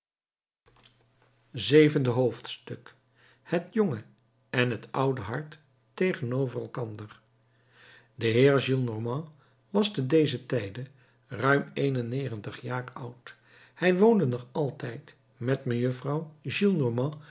zevende hoofdstuk het jonge en het oude hart tegenover elkander de heer gillenormand was te dezen tijde ruim een en negentig jaar oud hij woonde nog altijd met mejuffrouw